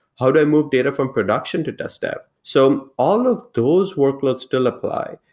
how do i move data from production to test step? so all of those workloads still apply,